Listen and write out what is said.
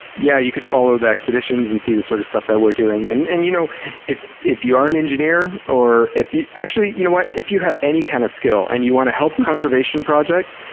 yeah you can follow the expeditions and see the sort of stuff that we're doing, and and you know if if you are an engineer or if you. actually, you know what, if you have any kind of skill and you want to help a conservation project,